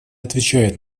отвечает